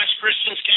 Christians